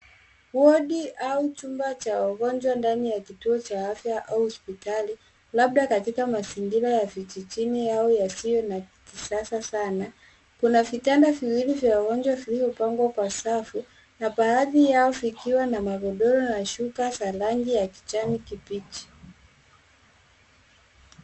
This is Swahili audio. Wodi au chumba cha wagonjwa ndani ya kituo cha afya au hospitali, labda katika mazingira ya vijijini au yasiyo la kisasa sana. Kuna vitanda viwili vya wagonjwa vilivyopangwa kwa safu na baadhi yao vikiwa na magodoro na shuka za rangi ya kijani kibichi.